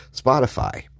Spotify